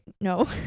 no